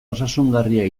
osasungarria